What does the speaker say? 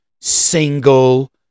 single